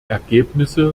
ergebnisse